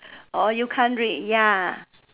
or you can read ya